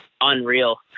unreal